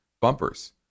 bumpers